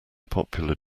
popular